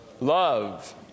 Love